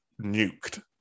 nuked